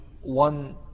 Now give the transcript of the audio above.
one